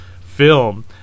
film